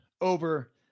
over